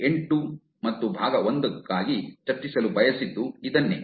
1 ಗಾಗಿ ಚರ್ಚಿಸಲು ಬಯಸಿದ್ದು ಇದನ್ನೇ